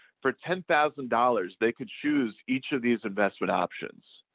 for ten thousand dollars, they could choose each of these investment options.